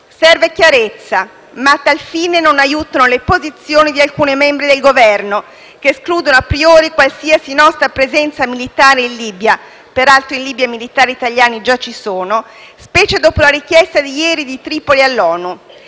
pertanto chiarezza, ma a tal fine non aiutano le posizioni di alcuni membri del Governo, che escludono *a priori* qualsiasi nostra presenza militare in Libia (peraltro in Libia i militari italiani già ci sono), specie dopo la richiesta di ieri di Tripoli all'ONU.